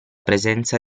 presenza